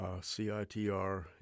CITR